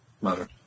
mother